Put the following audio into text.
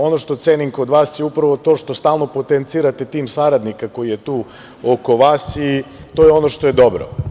Ono što cenim kod vas je upravo to što stalno potencirate tim saradnika koji je tu oko vas i to je ono što je dobro.